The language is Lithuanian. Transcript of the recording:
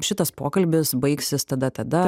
šitas pokalbis baigsis tada tada